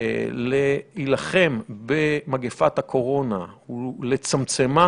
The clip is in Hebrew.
להילחם במגפת הקורונה ולצמצמה,